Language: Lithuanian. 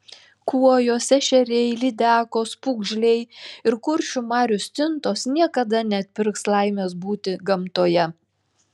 kuojos ešeriai lydekos pūgžliai ir kuršių marių stintos niekada neatpirks laimės būti gamtoje